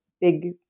big